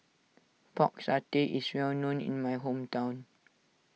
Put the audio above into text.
Pork Satay is well known in my hometown